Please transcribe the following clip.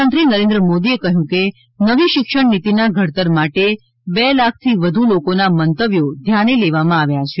પ્રધાનમંત્રી નરેન્દ્ર મોદીએ કહ્યું હતું કે નવી શિક્ષણ નીતિના ઘડતર માટે બે લાખથી વધુ લોકોના મંતવ્યો ધ્યાને લેવામાં આવ્યાં છે